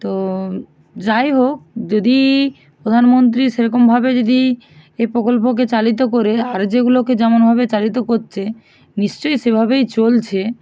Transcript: তো যাই হোক যদি প্রধানমন্ত্রী সে রকমভাবে যদি এ প্রকল্পকে চালিত করে আর যেগুলোকে যেমনভাবে চালিত করছে নিশ্চয়ই সেভাবেই চলছে